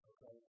Okay